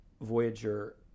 Voyager